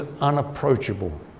unapproachable